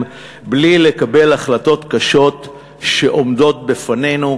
בלי לקבל החלטות קשות שעומדות בפנינו?